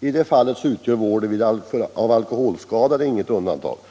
I detta fall utgör vården av alkoholskadade inget undantag.